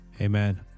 Amen